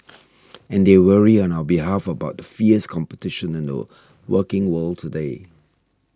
and they worry on our behalf about the fierce competition in the working world today